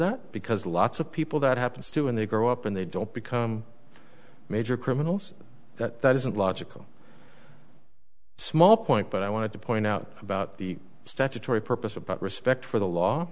that because lots of people that happens to when they grow up and they don't become major criminals that isn't logical small point but i wanted to point out about the statutory purpose about respect for the law